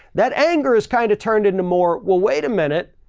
that anger has kind of turned into more, we'll wait a minute.